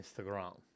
instagram